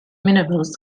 minerals